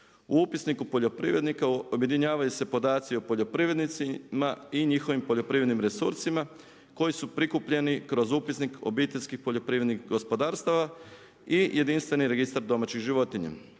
U upisniku poljoprivrednika objedinjavaju se podaci o poljoprivrednicima i njihovim poljoprivrednim resursima koji su prikupljeni kroz upisnik obiteljskih poljoprivrednih gospodarstava i jedinstveni registar domaćih životinja.